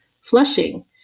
Flushing